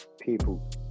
people